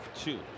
two